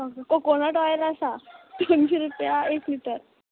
coconut oil आसा तिनशें रुपया एक लिटर